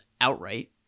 outright